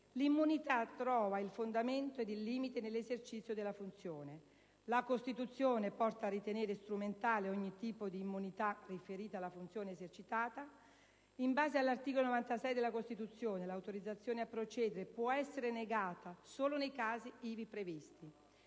l'immunità trova il fondamento ed il limite nell'esercizio della funzione. La Costituzione porta a ritenere strumentale ogni tipo di immunità riferita alla funzione esercitata. In base all'articolo 96 della Costituzione, l'autorizzazione a procedere può essere negata solo nei casi ivi previsti.